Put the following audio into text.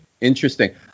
Interesting